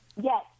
Yes